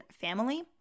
family